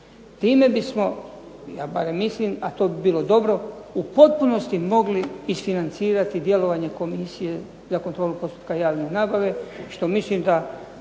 Time bismo, ja barem mislim, a to bi bilo dobro, u potpunosti mogli isfinancirati djelovanje Komisije za kontrolu postupaka javne nabave što mislim da